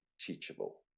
teachable